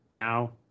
now